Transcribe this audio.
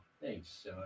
Thanks